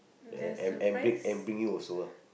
ya I I I bring you also lah